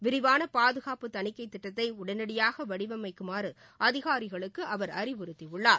விரிவான பாதுகாப்பு தணிக்கை திட்டத்தை உடனடியாக வடிவமைக்குமாறு அதிகாிகளுக்கு அவர் அறிவுறுத்தியுள்ளார்